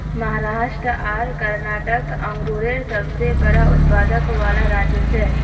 महाराष्ट्र आर कर्नाटक अन्गुरेर सबसे बड़ा उत्पादक वाला राज्य छे